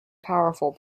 powerful